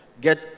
get